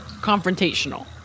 confrontational